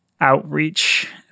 outreach